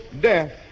death